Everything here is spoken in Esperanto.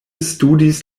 studis